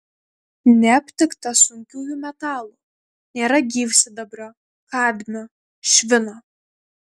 neaptikta sunkiųjų metalų nėra gyvsidabrio kadmio švino